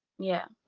yeah.